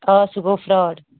آ سُہ گوٚو فرٛاڈ